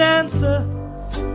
answer